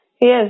Yes